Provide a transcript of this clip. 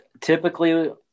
Typically